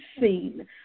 seen